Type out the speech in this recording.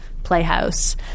Playhouse